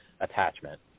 attachment